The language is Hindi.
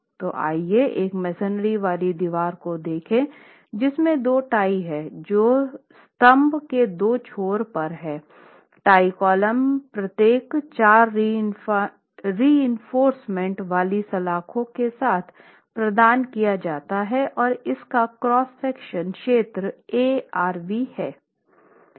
तो आइए एक मेसनरी वाली दीवार को देखें जिसमें दो टाई हैं जो स्तंभ के दो छोर पर हैं टाई कॉलम प्रत्येक चार रीइंफोर्स्मेंट वाली सलाखों के साथ प्रदान किया जाता है और इसका क्रॉस सेक्शन क्षेत्र A rv है